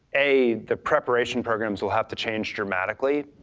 a, the preparation programs will have to change dramatically.